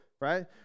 right